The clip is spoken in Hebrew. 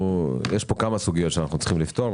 יש פה כמה סוגיות שאנחנו צריכים לפתור,